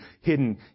hidden